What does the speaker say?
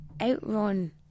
outrun